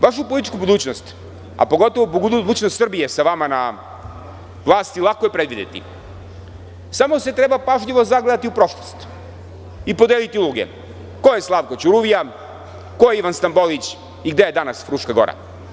Vašu političku budućnost, a pogotovo budućnost Srbije sa vama na vlasti lako je predvideti samo se treba pažljivo zagledati u prošlost i podeliti uloge ko je Slavko Ćuruvija, ko je Ivan Stambolić i gde je danas Fruška Gora?